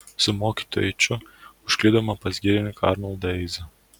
su mokytoju eiču užklydome pas girininką arnoldą eizą